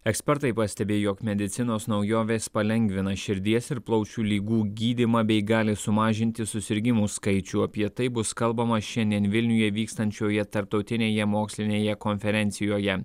ekspertai pastebi jog medicinos naujovės palengvina širdies ir plaučių ligų gydymą bei gali sumažinti susirgimų skaičių apie tai bus kalbama šiandien vilniuje vykstančioje tarptautinėje mokslinėje konferencijoje